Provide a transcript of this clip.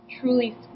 truly